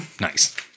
nice